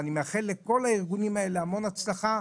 אני מאחל לכל הארגונים האלה בהצלחה.